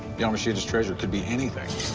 yamashita's treasure could be anything.